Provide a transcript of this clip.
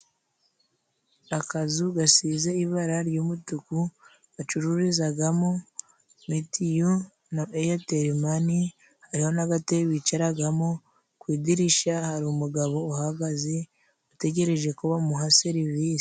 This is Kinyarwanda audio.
Akazu gasize ibara ry'umutuku, bacururizamo mitiyu na airtel money, hariho n'agatebe bicaramo. Ku idirishya hari umugabo uhagaze utegereje ko bamuha serivisi.